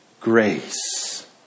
grace